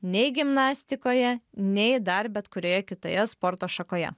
nei gimnastikoje nei dar bet kurioje kitoje sporto šakoje